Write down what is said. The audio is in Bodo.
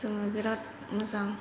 जोङो बिराद मोजां